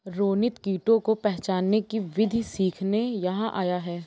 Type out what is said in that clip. रोनित कीटों को पहचानने की विधियाँ सीखने यहाँ आया है